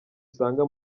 usanga